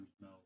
no